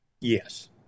Yes